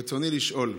רצוני לשאול: